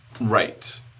right